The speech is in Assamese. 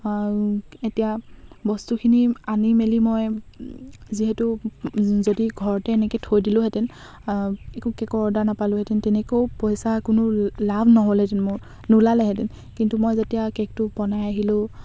এতিয়া বস্তুখিনি আনি মেলি মই যিহেতু যদি ঘৰতে এনেকৈ থৈ দিলোঁহেঁতেন একো কে'কৰ অৰ্ডাৰ নাপালোঁহেঁতেন তেনেকেও পইচা কোনো লাভ নহ'লেহেঁতেন মোৰ নোলালেহেঁতেন কিন্তু মই যেতিয়া কে'কটো বনাই আহিলোঁ